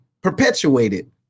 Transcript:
perpetuated